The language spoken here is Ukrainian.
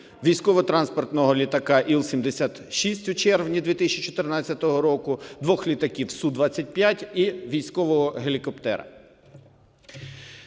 військово-транспортного літака "ІЛ-76" у червні 2014 року, двох літаків "СУ-25" і військового гелікоптера.